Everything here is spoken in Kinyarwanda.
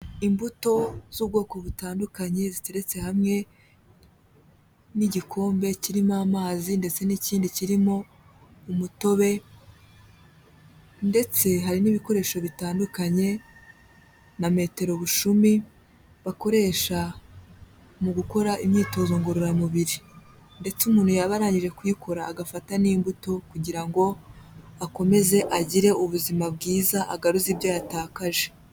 Imbuto z'ubwoko butandukanye ziteretse hamwe, n'igikombe kirimo amazi ndetse n'ikindi kirimo umutobe, ndetse hari n'ibikoresho bitandukanye, nka metero bushumi bakoresha mu gukora imyitozo ngororamubiri, ndetse umuntu yaba arangije kuyikora, agafata n'imbuto kugira ngo akomeze agire ubuzima bwiza, agaruze ibyo yatakaje.